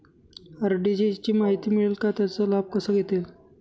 RD ची माहिती मिळेल का, त्याचा लाभ कसा घेता येईल?